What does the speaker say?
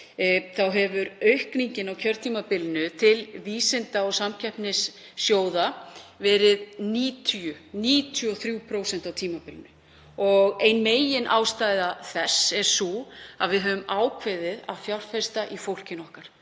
nefna að aukningin á kjörtímabilinu til vísinda- og samkeppnissjóða hefur verið 93% á tímabilinu. Ein meginástæða þess er sú að við höfum ákveðið að fjárfesta í fólkinu okkar.